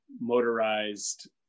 motorized